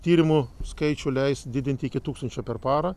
tyrimu skaičių leis didinti iki tūkstančio per parą